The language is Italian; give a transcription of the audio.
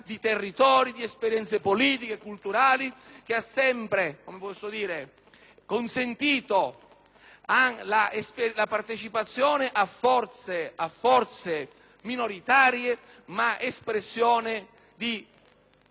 consentito la partecipazione a forze minoritarie ma espressione di culture e di territori significativi.